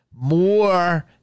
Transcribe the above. More